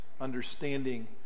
understanding